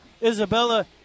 Isabella